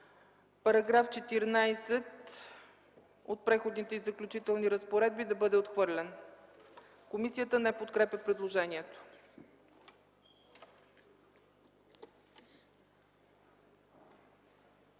–§ 14 от Преходните и заключителните разпоредби да бъде отхвърлен. Комисията не подкрепя предложението.